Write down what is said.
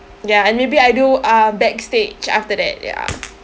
ya and maybe I do uh backstage after that ya